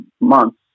months